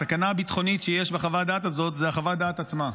הסכנה הביטחונית שיש בחוות הדעת הזאת היא חוות הדעת עצמה,